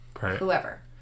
whoever